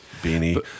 beanie